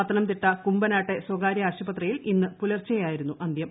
പത്തനംതിട്ട കുമ്പനാട്ടെ സ്വകാരൃ ആശുപത്രിയിൽ ഇന്ന് പുലർച്ചെയായിരുന്നു അന്ത്യം